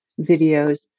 videos